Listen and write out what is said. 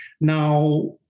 now